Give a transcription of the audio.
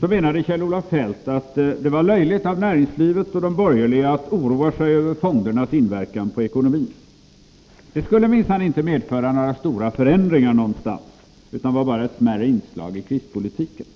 menade Kjell-Olof Feldt att det var löjligt av näringslivet och de borgerliga att oroa sig över fondernas inverkan på ekonomin. De skulle minsann inte medföra några stora förändringar någonstans, utan de var bara ett smärre inslag i krispolitiken.